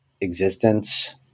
existence